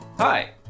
Hi